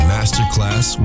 Masterclass